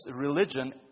Religion